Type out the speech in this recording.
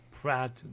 Pratt